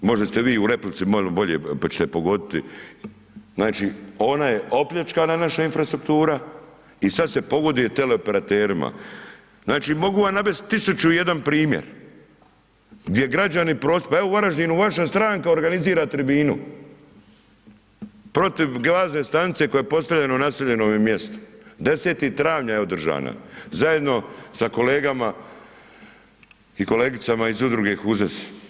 Možda ste vi u replici, malo bolje, pa ćete pogoditi, znači, ona je opljačkana naša infrastruktura i sad se pogoduje teleoperaterima, znači, mogu vam navest 1001 primjer gdje građani prosvjeduju, pa evo u Varaždinu, vaša stranka organizira tribinu protiv bazne stanice koja je postavljena u naseljenome mjestu, 10. travnja je održana zajedno sa kolegama i kolegicama iz Udruge HUZEZ.